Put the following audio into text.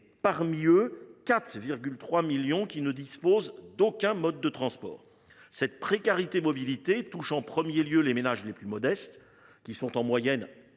Parmi eux, 4,3 millions ne disposent d’aucun mode de transport. Cette précarité touche en premier lieu les ménages les plus modestes, qui sont en moyenne